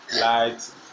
light